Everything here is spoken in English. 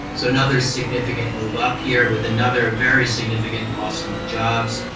so another significant move up here with another very significant loss of jobs.